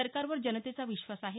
सरकारवर जनतेचा विश्वास आहे